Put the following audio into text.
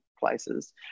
places